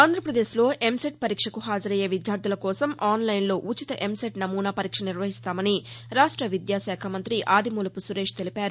ఆంధ్రప్రదేశ్లో ఎంసెట్ పరీక్షకు హాజరయ్యే విద్యార్గుల కోసం ఆన్లైన్లో ఉచిత ఎంసెట్ నమూనా పరీక్ష నిర్వహిస్తామని విద్యాశాఖ మంతి ఆదిమూలపు సురేశ్ తెలిపారు